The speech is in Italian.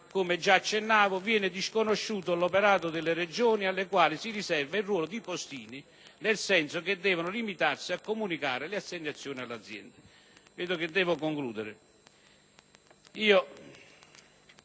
come già accennavo, viene disconosciuto l'operato delle Regioni, alle quali si riserva il ruolo di postini, nel senso che devono limitarsi a comunicare le assegnazioni alle aziende. In conclusione,